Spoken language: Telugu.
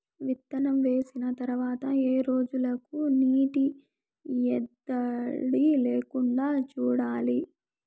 విత్తనం వేసిన తర్వాత ఏ రోజులకు నీటి ఎద్దడి లేకుండా చూడాలి?